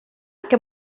que